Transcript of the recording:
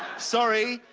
sorry,